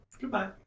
Goodbye